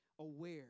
aware